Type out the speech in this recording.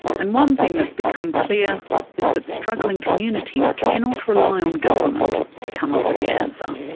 and one thing that's become clear is that struggling communities cannot rely on government to come up with the answer.